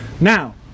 Now